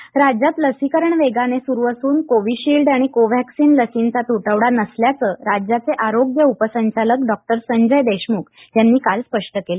संजय देशम्ख राज्यात लसीकरण वेगानं सुरू असून कोविशील्ड आणि कोवॅक्सिन लसींचा तुटवडा नसल्याचं राज्याचे आरोग्य उपसंचालक डॉक्टर संजय देशमुख यांनी काल स्पष्ट केलं